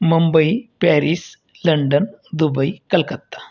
Mumbai Paris London Dubai Calcutta